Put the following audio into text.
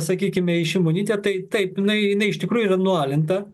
sakykime į šimonytę tai taip jinai jinai iš tikrųjų yra nualinta